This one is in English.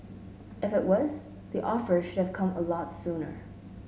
if it was the offer should have come a lot sooner